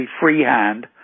freehand